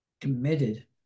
committed